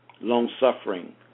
long-suffering